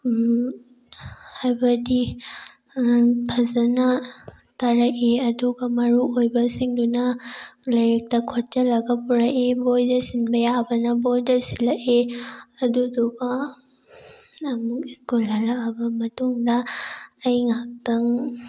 ꯍꯥꯏꯕꯗꯤ ꯐꯖꯅ ꯇꯥꯔꯛꯏ ꯑꯗꯨꯒ ꯃꯔꯨ ꯑꯣꯏꯕꯁꯤꯡꯗꯨꯅ ꯂꯥꯏꯔꯤꯛꯇ ꯈꯣꯠꯆꯤꯜꯂꯒ ꯄꯨꯔꯛꯏ ꯕꯣꯏꯗ ꯁꯤꯟꯕ ꯌꯥꯕꯅ ꯕꯣꯏꯗ ꯁꯤꯜꯂꯛꯏ ꯑꯗꯨꯗꯨꯒ ꯑꯃꯨꯛ ꯁ꯭ꯀꯨꯜ ꯍꯜꯂꯛꯂꯕ ꯃꯇꯨꯡꯗ ꯑꯩ ꯉꯥꯏꯍꯥꯛꯇꯪ